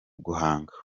guhanga